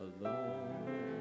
alone